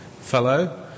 fellow